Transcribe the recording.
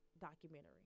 documentary